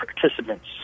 participants